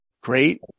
great